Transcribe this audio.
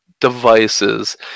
devices